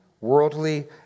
worldly